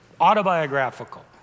autobiographical